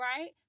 right